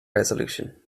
resolution